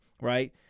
right